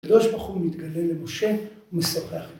הקדוש ברוך הוא מתגלה למשה, ומשוחח.